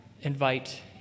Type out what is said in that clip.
invite